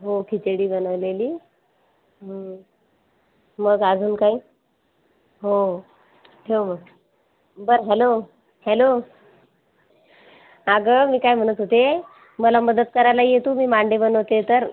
हो खिचडी बनवलेली मग अजून काही हो ठेव मग बर हॅलो हॅलो अगं मी काय म्हणत होते मला मदत करायला ये तू मी मांडे बनवते आहे तर